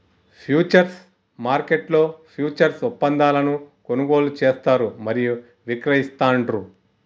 futures మార్కెట్లో futures ఒప్పందాలను కొనుగోలు చేస్తారు మరియు విక్రయిస్తాండ్రు